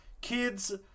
kids